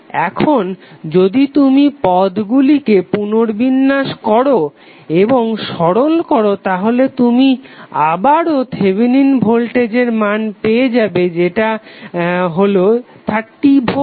এখন যদি তুমি পদ্গুলিকে পুনর্বিন্যাস করো এবং সরল করো তাহলে তুমি আবারও থেভেনিন ভোল্টেজের মান পেয়ে যাবে যেটা হলো 30 ভোল্ট